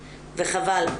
וחבל.